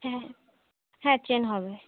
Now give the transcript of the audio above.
হ্যাঁ হ্যাঁ চেন হবে